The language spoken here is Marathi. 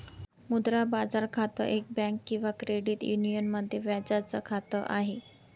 मुद्रा बाजार खातं, एक बँक किंवा क्रेडिट युनियन मध्ये व्याजाच खात आहे